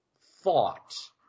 thought